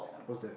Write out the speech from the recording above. what's that